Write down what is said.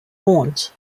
horns